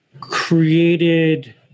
created